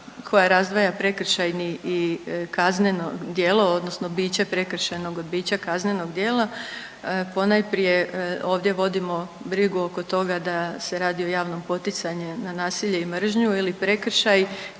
koja razdvaja prekršajni i kazneno djelo, odnosno biće prekršajnog od bića kaznenog djela ponajprije ovdje vodimo brigu oko toga da se radi o javnom poticanju na nasilje i mržnju ili prekršaj